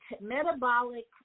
metabolic